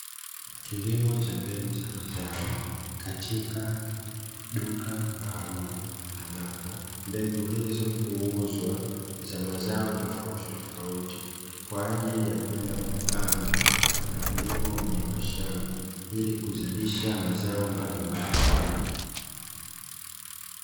Kilimo cha mbegu za mazao, katika duka maalumu ambapo mbegu hizo huuzwa za mazao tofautitofauti, kwa ajili ya kwenda kupandwa na kulimwa kwenye mashamba ili kuzalisha mazao mbalimbali.